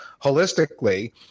holistically